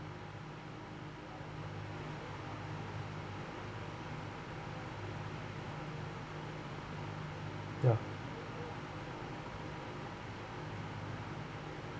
ya